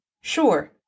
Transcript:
Sure